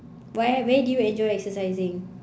why where do you enjoy exercising